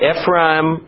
Ephraim